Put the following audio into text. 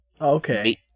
Okay